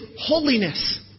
holiness